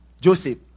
Joseph